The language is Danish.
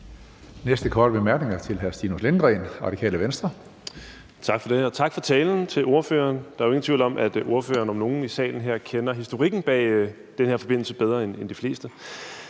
Næste korte bemærkning er til hr. Stinus Lindgreen, Radikale Venstre. Kl. 17:23 Stinus Lindgreen (RV): Tak for det, og tak for talen til ordføreren. Der er jo ingen tvivl om, at ordføreren om nogen i salen her kender historikken bag den her forbindelse bedre end de fleste.